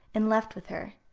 and left with her.